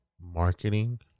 marketing